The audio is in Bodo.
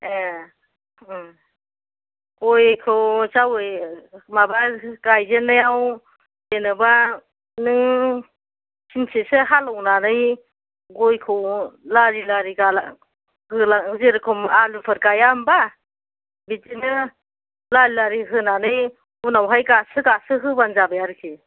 ए गयखौ जावैनो माबा गायजेन्नायाव जेनोबा नों फिनसेसो हालौनानै गयखौ लारि लारि गालां गोलां जेरेखम आलुफोर गाया होमबा बेदिनो लारि लारि होनानै उनावहाय गासो गासो होबानो जाबाय आरोखि